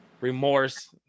remorse